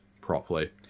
properly